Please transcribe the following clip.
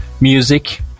music